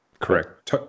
Correct